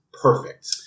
perfect